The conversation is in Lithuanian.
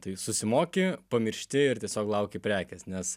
tai susimoki pamiršti ir tiesiog lauki prekės nes